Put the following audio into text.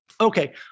Okay